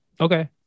Okay